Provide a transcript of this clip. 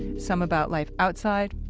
some about life outside,